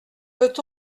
peut